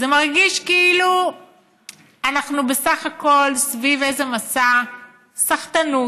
זה מרגיש כאילו אנחנו בסך הכול סביב איזה מסע סחטנות